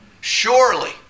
Surely